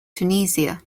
tunisia